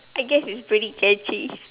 I guess it's really edgy